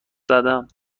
زدم